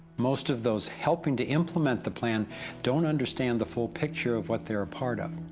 most of those helping to implement the plan don't understand the whole picture, of what they're part of.